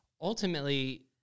ultimately